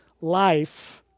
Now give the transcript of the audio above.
life